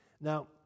Now